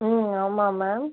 ம் ஆமாம் மேம்